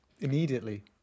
immediately